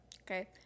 Okay